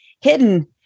hidden